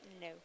No